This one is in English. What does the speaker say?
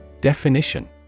Definition